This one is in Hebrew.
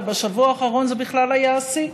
ובשבוע האחרון זה בכלל היה השיא.